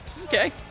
Okay